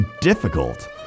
difficult